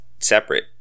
separate